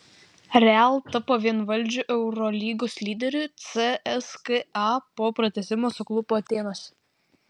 real tapo vienvaldžiu eurolygos lyderiu cska po pratęsimo suklupo atėnuose